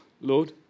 Lord